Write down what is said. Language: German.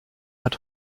hat